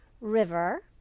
River